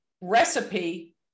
recipe